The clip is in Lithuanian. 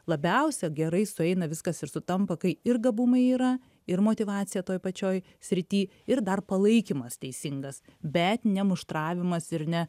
labiausiai gerai sueina viskas ir sutampa kai ir gabumai yra ir motyvacija toj pačioj srity ir dar palaikymas teisingas bet ne muštravimas ir ne